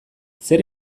zer